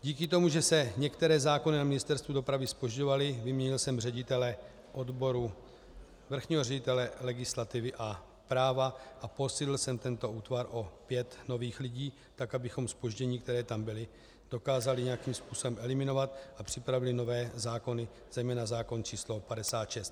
Díky tomu, že se některé zákony na Ministerstvu dopravy zpožďovaly, vyměnil jsem ředitele odboru, vrchního ředitele legislativy a práva a posílil jsem tento útvar o pět nových lidí, abychom zpoždění, která tam byla, dokázali nějakým způsobem eliminovat a připravili nové zákony, zejména zákon č. 56.